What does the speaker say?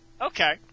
Okay